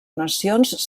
nacions